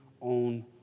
on